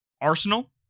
Arsenal